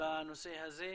בנושא הזה.